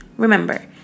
Remember